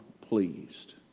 pleased